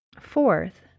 Fourth